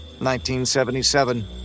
1977